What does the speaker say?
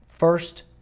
first